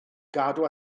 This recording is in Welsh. gadw